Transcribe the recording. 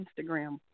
Instagram